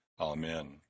Amen